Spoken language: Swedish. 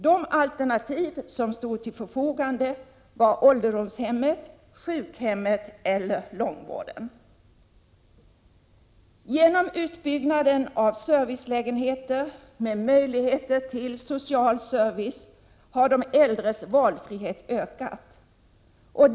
De alternativ som stod till förfogande var ålderdomshemmet, sjukhemmet eller långvården. Genom utbyggnaden av servicelägenheter med möjligheter till social service har de äldres valfrihet ökat.